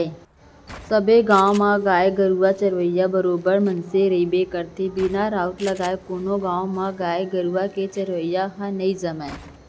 सबे गाँव म गाय गरुवा चरइया बरोबर मनसे रहिबे करथे बिना राउत लगाय कोनो गाँव म गाय गरुवा के चरई ह नई जमय